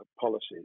policies